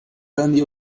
plenty